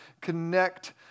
connect